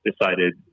decided